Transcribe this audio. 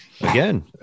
again